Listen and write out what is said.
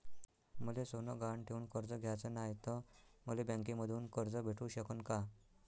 मले सोनं गहान ठेवून कर्ज घ्याचं नाय, त मले बँकेमधून कर्ज भेटू शकन का?